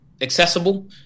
accessible